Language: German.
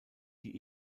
die